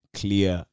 clear